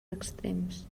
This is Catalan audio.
extrems